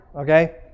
Okay